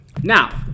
Now